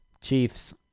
Chiefs